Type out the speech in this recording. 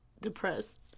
depressed